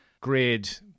grid